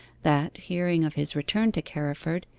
that hearing of his return to carriford,